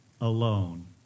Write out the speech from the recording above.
alone